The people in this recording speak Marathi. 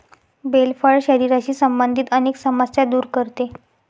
बेल फळ शरीराशी संबंधित अनेक समस्या दूर करते